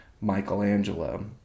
michelangelo